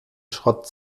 schrott